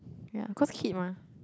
ya cause kid mah